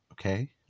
Okay